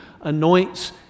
anoints